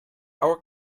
our